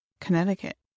Connecticut